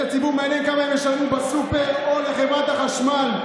את הציבור מעניין כמה הם ישלמו בסופר או לחברת החשמל.